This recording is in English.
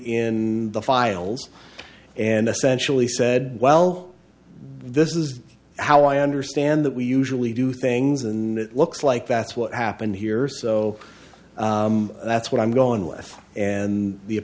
in the files and essentially said well this is how i understand that we usually do things and it looks like that's what happened here so that's what i'm going with and the